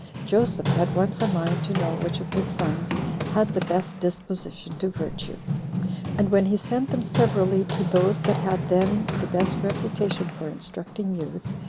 joseph had once a mind to know which of his sons had the best disposition to virtue and when he sent them severally to those that had then the best reputation for instructing youth,